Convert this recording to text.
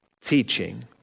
Teaching